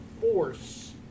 force